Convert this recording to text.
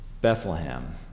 Bethlehem